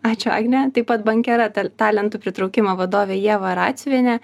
ačiū agne taip pat bankera tal talentų pritraukimo vadove ieva radziuniene